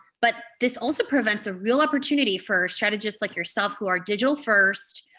but this also prevents a real opportunity for strategists like yourself who are digital first,